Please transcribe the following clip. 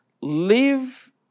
Live